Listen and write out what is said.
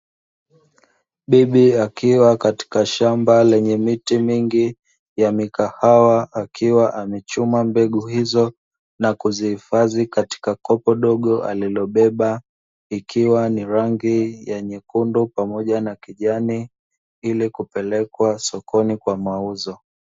Bibi akiwa katika shamba lenye miti mingi ya mikahawa, akiwa amechuma mbegu hizo na kuzihifadhi katika kopo dogo alilobeba, ikiwa ni rangi ya nyekundu pamoja na kijani ili kupelekwa sokoni kwa mauzo.